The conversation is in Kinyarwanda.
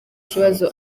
kibazo